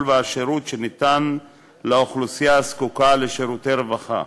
והשירות הניתנים לאוכלוסייה הזקוקה לשירותי רווחה.